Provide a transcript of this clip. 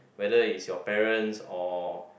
whether is your parents or